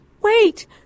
Wait